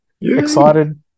Excited